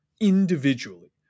individually